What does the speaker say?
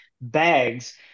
bags